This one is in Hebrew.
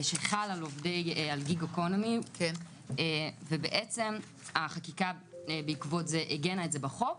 שחל על עובדי Gig Economy ובעקבות זה החקיקה עיגנה את זה בחוק.